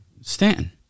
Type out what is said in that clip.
Stanton